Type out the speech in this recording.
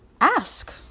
ask